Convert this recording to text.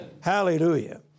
Hallelujah